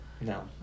No